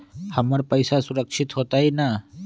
हमर पईसा सुरक्षित होतई न?